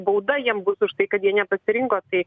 bauda jiem už tai kad jie nepasirinko tai